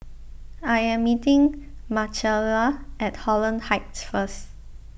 I am meeting Marcella at Holland Heights first